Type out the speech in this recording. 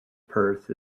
perth